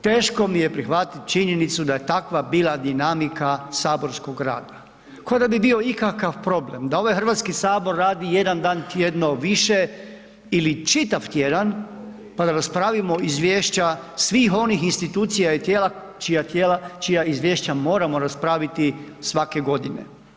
Teško mi je prihvatiti činjenicu da je takva bila dinamika saborskog rada, ko da bi bio ikakav problem da ovaj Hrvatski sabor radi jedan dan tjedno više ili čitav tjedan pa da raspravimo izvješća svih onih institucija ili tijela čija tijela, čija izvješća moramo raspraviti svake godine.